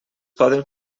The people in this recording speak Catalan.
poden